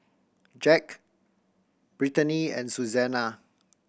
Jacque Brittaney and Suzanna